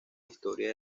historia